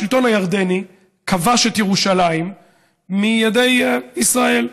השלטון הירדני כבש את ירושלים מידי ישראל.